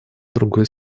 другой